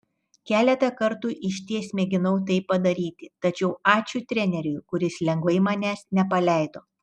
keletą kartų išties mėginau tai padaryti tačiau ačiū treneriui kuris lengvai manęs nepaleido